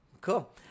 Cool